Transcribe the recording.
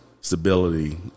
stability